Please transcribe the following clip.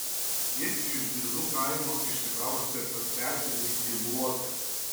ji iš zizų kaimo išsikraustė pas seserį į luokę